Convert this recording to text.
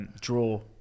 Draw